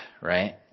right